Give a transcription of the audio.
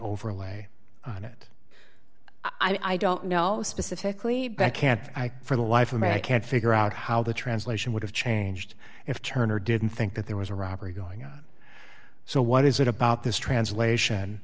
overlay on it i don't know specifically back can't for the life of me i can't figure out how the translation would have changed if turner didn't think that there was a robbery going on so what is it about this translation